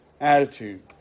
Attitude